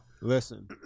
Listen